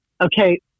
Okay